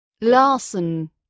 Larson